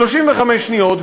35 שניות.